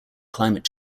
climate